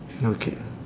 okay